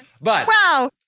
Wow